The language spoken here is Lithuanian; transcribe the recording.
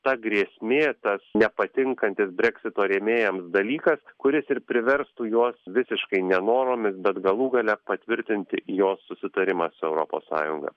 ta grėsmė tas nepatinkantis breksito rėmėjams dalykas kuris ir priverstų juos visiškai nenoromis bet galų gale patvirtinti jos susitarimą su europos sąjunga